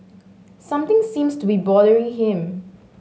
something seems to be bothering him